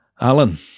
Alan